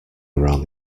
around